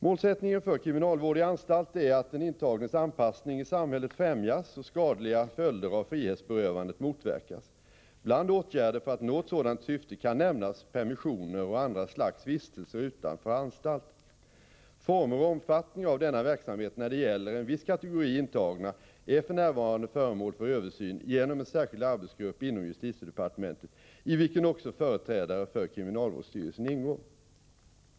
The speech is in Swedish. Målsättningen för kriminalvård i anstalt är att den intagnes anpassning i samhället främjas och skadliga följder av frihetsberövandet motverkas. Bland åtgärder för att nå ett sådant syfte kan nämnas permissioner och andra slags vistelser utanför anstalt. Former och omfattning av denna verksamhet när det gäller en viss kategori intagna är f. n. föremål för översyn genom en särskild arbetsgrupp inom justitiedepartementet i vilken också företrädare för kriminalvårdsstyrelsen ingår.